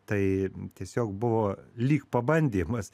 tai tiesiog buvo lyg pabandymas